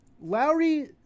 lowry